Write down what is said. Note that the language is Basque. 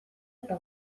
eta